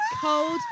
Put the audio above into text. cold